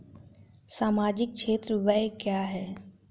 सामाजिक क्षेत्र व्यय क्या है?